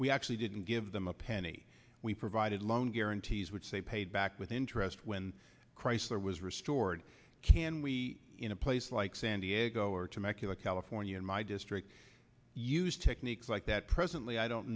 we actually didn't give them a penny we provided loan guarantees would say paid back with interest when christ was restored can we in a place like san diego or temecula california in my district used techniques like that presently i don't